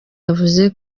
yavuze